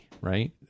right